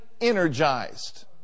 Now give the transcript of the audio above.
energized